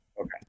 Okay